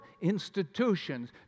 institutions